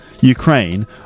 Ukraine